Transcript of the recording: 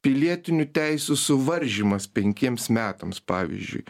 pilietinių teisių suvaržymas penkiems metams pavyzdžiui